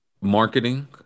Marketing